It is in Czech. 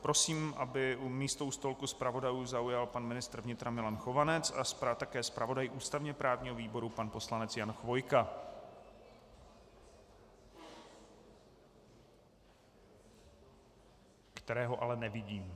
Prosím, aby místo u stolku zpravodajů zaujal pan ministr vnitra Milan Chovanec a také zpravodaj ústavněprávního výboru pan poslanec Jan Chvojka, kterého ale nevidím.